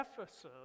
Ephesus